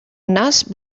nas